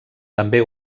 també